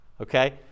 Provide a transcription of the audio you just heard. Okay